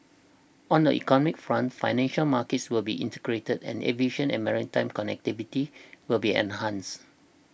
on the economic front financial markets will be integrated and aviation and maritime connectivity will be enhanced